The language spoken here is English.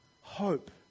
hope